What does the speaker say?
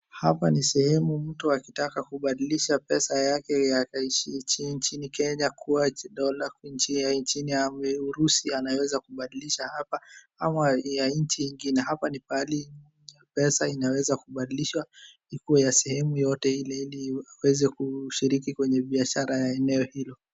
Hapa ni sehemu mtu akitaka kubadilisha pesa yake ya nchini Kenya kuwa dola ya nchini ya Urusi anaweza kubadilisha hapa ama ya nchi nyingine. Hapa ni pahali pesa inaweza kubadilishwa ikue ya sehemu yote ile, ili aweze kushiriki kwenye biashara ya eneo hilo.